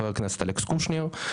חבר הכנסת אלכס קושניר,